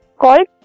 called